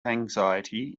anxiety